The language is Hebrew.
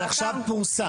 אבל זה עכשיו פורסם.